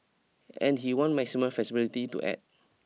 and he wants maximum flexibility to act